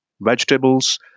vegetables